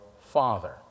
father